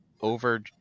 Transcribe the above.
over